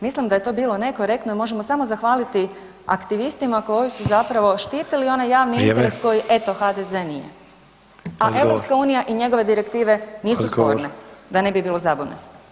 Mislim da je to bilo nekorektno i možemo samo zahvaliti aktivistima koji su zapravo štitili onaj javni interes koji eto HDZ nije [[Upadica Sanader: Vrijeme.]] a EU i njegove direktive nisu sporne, da ne bi bilo zabune.